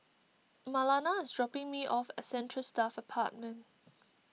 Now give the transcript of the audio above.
Marlana is dropping me off at Central Staff Apartment